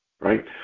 right